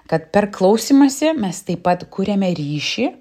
kad per klausymąsi mes taip pat kuriame ryšį